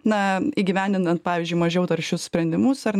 na įgyvendinant pavyzdžiui mažiau taršius sprendimus ar